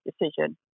decision